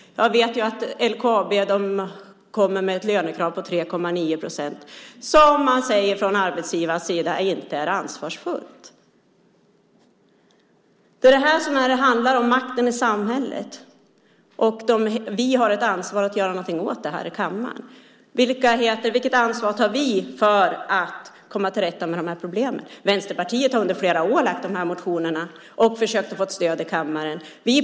Jag vet ju att LKAB kommer med lönekrav på 3,9 procent, något som man från arbetsgivarens sida säger inte är ansvarsfullt. Det handlar här om makten i samhället. Vi i denna kammare har ett ansvar för att göra något åt detta. Vilket ansvar tar vi för att komma till rätta med de här problemen? Vänsterpartiet har i flera år lagt fram sådana här motioner och försökt få stöd här i kammaren.